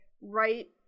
right